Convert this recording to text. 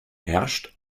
herrscht